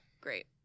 Great